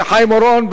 חיים אורון.